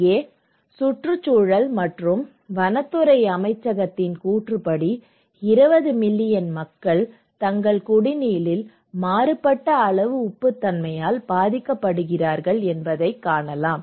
இங்கே சுற்றுச்சூழல் மற்றும் வனத்துறை அமைச்சகத்தின் கூற்றுப்படி 20 மில்லியன் மக்கள் தங்கள் குடிநீரில் மாறுபட்ட அளவு உப்புத்தன்மையால் பாதிக்கப்படுகிறார்கள் என்பதைக் காணலாம்